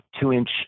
two-inch